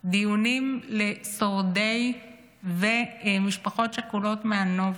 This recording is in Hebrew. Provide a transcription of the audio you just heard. דיונים לשורדים ולמשפחות שכולות מהנובה.